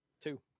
Two